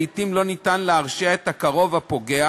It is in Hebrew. לעתים לא ניתן להרשיע את הקרוב הפוגע